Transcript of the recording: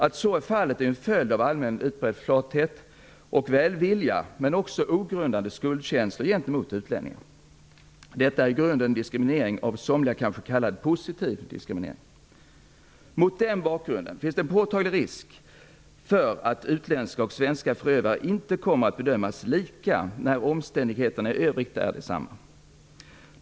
Att så är fallet är ju följden av en allmänt utbredd flathet och välvilja, men också ogrundade skuldkänslor gentemot utlänningar. Detta är i grunden diskriminering - av somliga kanske kaIlad för positiv diskriminering. Mot den bakgrunden finns det en påtaglig risk för att utländska och svenska förövare inte kommer att bedömas lika när omständigheterna i Övrigt är desamma.